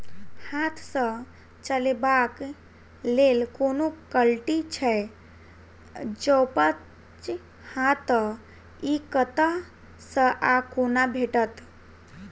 हाथ सऽ चलेबाक लेल कोनों कल्टी छै, जौंपच हाँ तऽ, इ कतह सऽ आ कोना भेटत?